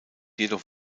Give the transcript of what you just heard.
jedoch